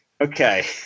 Okay